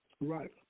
Right